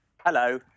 Hello